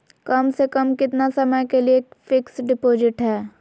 कम से कम कितना समय के लिए फिक्स डिपोजिट है?